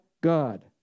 God